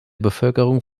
bevölkerung